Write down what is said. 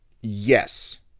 yes